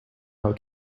how